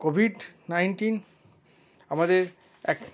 Covid nineteen আমাদের এক